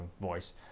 voice